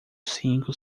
cinco